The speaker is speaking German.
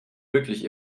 wirklich